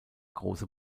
große